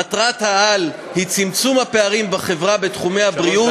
מטרת-העל היא צמצום הפערים בחברה בתחומי הבריאות,